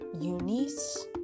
Eunice